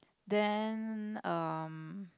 then um